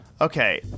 Okay